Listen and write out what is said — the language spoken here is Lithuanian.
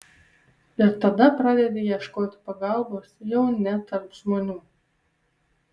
ir tada pradedi ieškoti pagalbos jau ne tarp žmonių